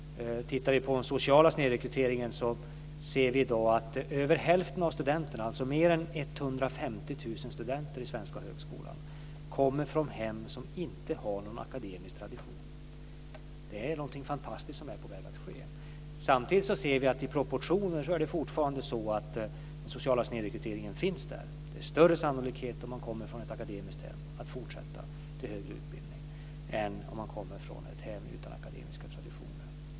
Tittar vi på den sociala snedrekryteringen ser vi i dag att över hälften av studenterna, alltså mer än 150 000 studenter i den svenska högskolan, kommer från hem som inte har någon akademisk tradition. Det är någonting fantastiskt som är på väg att ske. Samtidigt ser vi att i proportioner är det fortfarande så att den sociala snedrekryteringen finns där. Det är större sannolikhet att man fortsätter till högre utbildning om man kommer från ett akademiskt hem än om man kommer från ett hem utan akademiska traditioner.